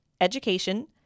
education